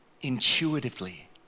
intuitively